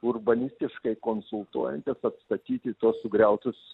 urbanistiškai konsultuojantis atstatyti tuos sugriautus